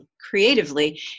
creatively